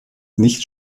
nicht